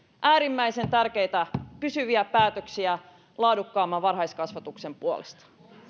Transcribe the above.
äärimmäisen tärkeitä pysyviä päätöksiä laadukkaamman varhaiskasvatuksen puolesta